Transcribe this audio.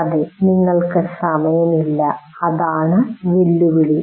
അതെ നിങ്ങൾക്ക് സമയം ഇല്ല അതാണ് വെല്ലുവിളി